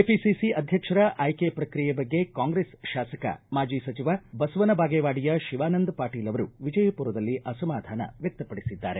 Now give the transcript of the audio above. KPCC ಅಧ್ಯಕ್ಷರ ಆಯ್ಕೆ ಪ್ರಕ್ರಿಯೆ ಬಗ್ಗೆ ಕಾಂಗ್ರೆಸ್ ಶಾಸಕ ಮಾಜಿ ಸಚಿವ ಬಸವನ ಬಾಗೇವಾಡಿಯ ಶಿವಾನಂದ ಪಾಟೀಲ ಅವರು ವಿಜಯಪುರದಲ್ಲಿ ಅಸಮಾಧಾನ ವ್ಯಕ್ತಪಡಿಸಿದ್ದಾರೆ